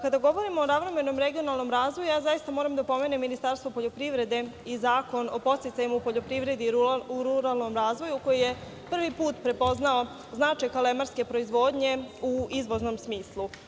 Kada govorim o ravnomernom regionalnom razvoju, zaista moram da pomenem Ministarstvo poljoprivrede i Zakon o podsticajima u poljoprivredi u ruralnom razvoju, koji je prvi put prepoznao značaj kalemarske proizvodnje u izvoznom smislu.